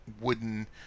wooden